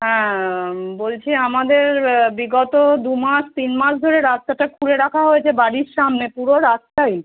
হ্যাঁ বলছি আমাদের বিগত দু মাস তিন মাস ধরে রাস্তাটা খুঁড়ে রাখা হয়েছে বাড়ির সামনে পুরো রাস্তাই